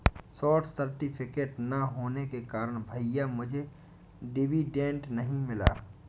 stock certificate ना होने के कारण भैया मुझे डिविडेंड नहीं मिला